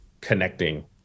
connecting